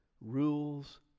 rules